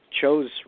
chose